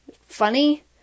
funny